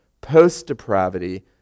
post-Depravity